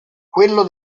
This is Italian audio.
quello